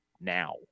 now